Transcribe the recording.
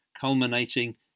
culminating